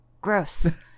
Gross